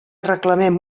reclamem